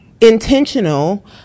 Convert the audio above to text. intentional